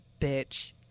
bitch